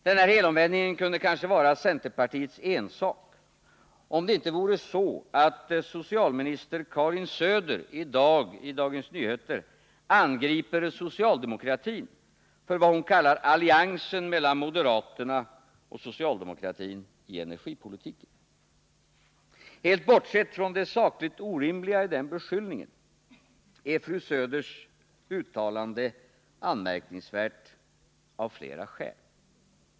Denna helomvändning kunde kanske vara centerpartiets ensak, om det inte vore så att socialminister Karin Söder i dag i Dagens Nyheter angriper socialdemokratin för vad hon kallar alliansen mellan moderaterna och socialdemokratin i energipolitiken. Helt bortsett från det sakligt orimliga i den beskyllningen är fru Söders uttalande anmärkningsvärt av flera skäl.